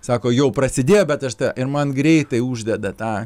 sako jau prasidėjo bet aš tą ir man greitai uždeda tą